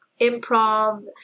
improv